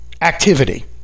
activity